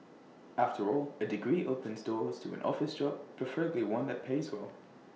after all A degree opens doors to an office job preferably one that pays well